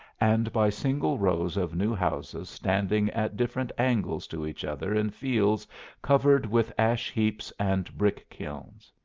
and by single rows of new houses standing at different angles to each other in fields covered with ash-heaps and brick-kilns.